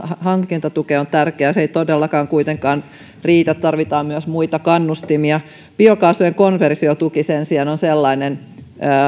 hankintatukeen on tärkeää se ei todellakaan kuitenkaan riitä tarvitaan myös muita kannustimia biokaasun konversiotuki sen sijaan on sellainen